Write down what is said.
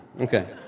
Okay